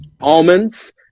almonds